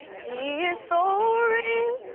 he is so real.